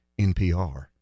NPR